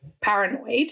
paranoid